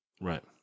Right